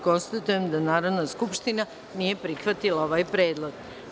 Konstatujem da Narodna skupština nije prihvatila ovaj predlog.